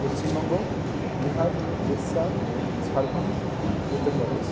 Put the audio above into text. Paschimbanga Bihar Orissa Jharkhand Uttar Pradesh